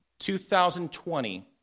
2020